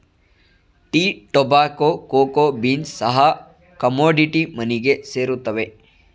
tea, tobacco, cocoa beans ಸಹ commodity ಮನಿಗೆ ಸೇರುತ್ತವೆ